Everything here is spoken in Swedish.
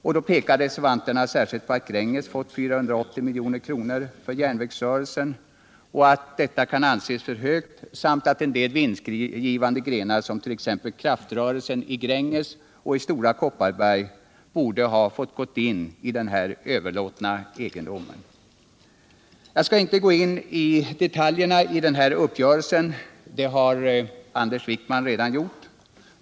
Reservanterna pekar särskilt på att Gränges har fått 480 milj.kr. för järnvägsrörelsen och att detta belopp kan anses vara för högt samt att en del vinstgivande grenar som t.ex. kraftrörelsen i Gränges och Stora Kopparberg borde ha ingått i den överlåtna egendomen. Jag skall inte gå in på detaljerna i uppgörelsen - det har Anders Wijkman redan gjort.